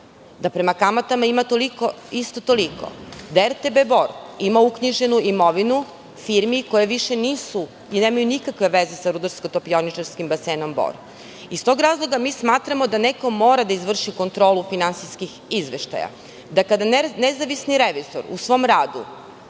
da prema kamatama ima isto toliko, da RTB Bor ima uknjiženu imovinu firmi koje više nisu i nemaju nikakve veze sa RTB Bor. Iz tog razloga, mi smatramo da neko mora da izvrši kontrolu finansijskih izveštaja, da kada nezavisni revizor u svom radu